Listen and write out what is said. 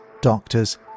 doctors